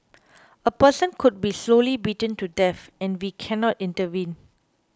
a person could be slowly beaten to death and we cannot intervene